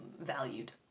valued